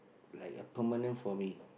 like a permanent for me